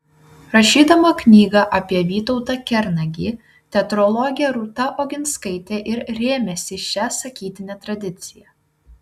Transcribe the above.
rašydama knygą apie vytautą kernagį teatrologė rūta oginskaitė ir rėmėsi šia sakytine tradicija